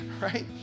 right